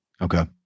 Okay